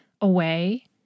away